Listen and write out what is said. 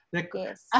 Yes